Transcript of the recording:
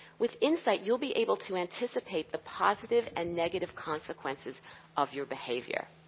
with insight, you'll be able to anticipate the positive and negative consequences of your behavior.